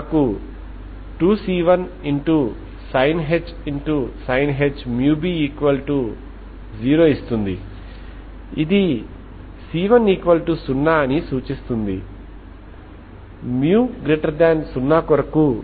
పైన ఉన్న పరిష్కారం uxtహీట్ ఈక్వేషన్ మరియు బౌండరీ కండిషన్ మరియు ఇనీషియల్ కండిషన్ని సంతృప్తిపరుస్తుంది కాబట్టి ఇది సమస్యను పరిష్కరిస్తుంది కాబట్టి మనకు అవసరమైన పరిష్కారం uxtn0unxtn0Ane n222L2t